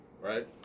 right